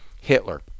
Hitler